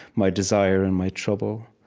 my desire and my trouble.